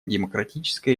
демократической